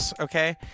Okay